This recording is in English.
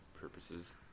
purposes